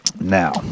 Now